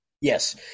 Yes